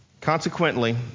Consequently